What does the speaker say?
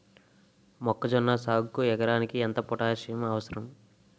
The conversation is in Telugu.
మొక్కజొన్న సాగుకు ఎకరానికి ఎంత పోటాస్సియం అవసరం?